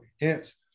hence